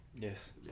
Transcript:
Yes